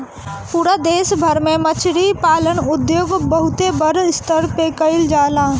पूरा देश भर में मछरी पालन उद्योग बहुते बड़ स्तर पे कईल जाला